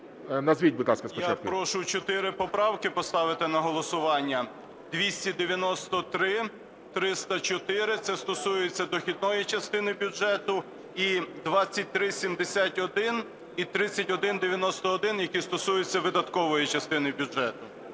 Я прошу чотири поправки поставити на голосування: 293, 304 (це стосується дохідної частини бюджету) і 2371 і 3191, які стосуються видаткової частини бюджету.